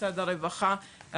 משרד הרווחה,